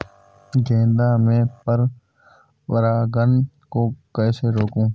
गेंदा में पर परागन को कैसे रोकुं?